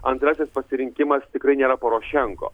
antrasis pasirinkimas tikrai nėra porošenko